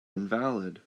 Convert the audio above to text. invalid